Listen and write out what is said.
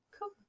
Cool